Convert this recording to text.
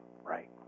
Right